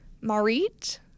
Marit